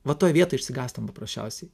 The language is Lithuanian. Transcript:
va toj vietoj išsigąstam paprasčiausiai